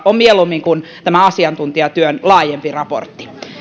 on mieluummin kuin tämä asiantuntijatyön laajempi raportti